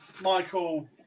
Michael